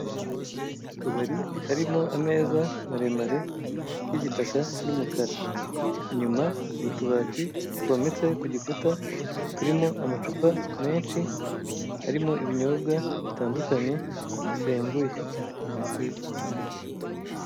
Akabari karimo ameza maremare y'igitaka n'umukara, inyuma hari utubati twometse ku gikuta turimo amacupa menshi arimo ibinyobwa bitandukanye bisembuye.